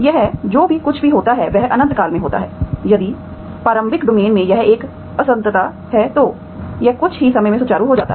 यहां जो कुछ भी होता है वह अनंत काल में होता है यदि प्रारंभिक डोमेन में यह एक असंततता है तो यह कुछ ही समय में सुचारू हो जाता है